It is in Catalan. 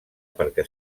perquè